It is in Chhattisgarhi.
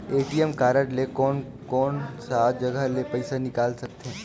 ए.टी.एम कारड ले कोन कोन सा जगह ले पइसा निकाल सकथे?